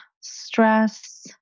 stress